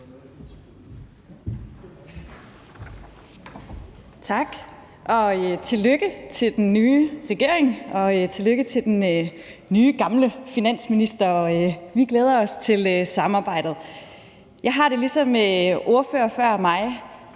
Tak. Tillykke til den nye regering, og tillykke til den nye gamle finansminister. Vi glæder os til samarbejdet. Jeg har det ligesom nogle ordførere før mig: